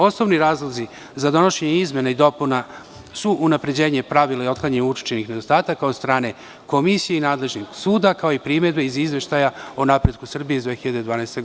Osnovni razlozi za donošenje izmena i dopuna su unapređenje pravila i otklanjanje uočenih nedostataka od strane komisije i nadležnog suda, kao i primedbe iz Izveštaja o napretku Srbije iz 2012. godine.